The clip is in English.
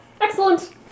Excellent